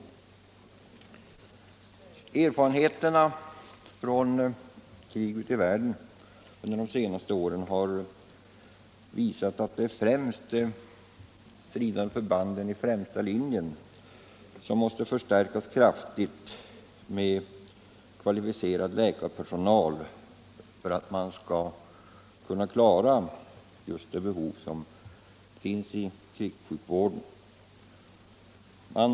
Erfarenheterna från krig ute i världen under de senaste åren har visat att särskilt de stridande förbanden i främsta linjen måste förstärkas kraftigt med kvalificerad läkarpersonal för att man skall kunna klara krigssjukvårdens behov.